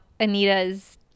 Anita's